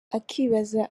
akibaza